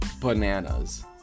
bananas